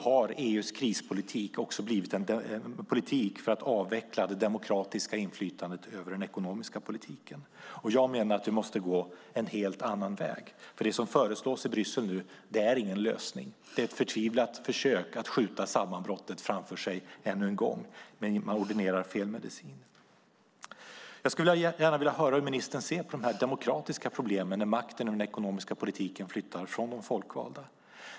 EU:s politik har blivit en politik för att avveckla det demokratiska inflytandet över den ekonomiska politiken. Jag menar att vi måste gå en helt annan väg. Det som nu föreslås i Bryssel är ingen lösning. Det är ett förtvivlat försök att skjuta sammanbrottet framför sig ännu en gång, men man ordinerar fel medicin. Jag skulle vilja höra hur ministern ser på de här demokratiska problemen när makten över den ekonomiska politiken flyttar från de folkvalda.